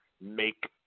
make –